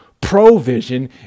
provision